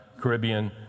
Caribbean